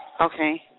Okay